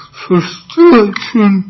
frustration